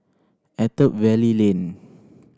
Attap Valley Lane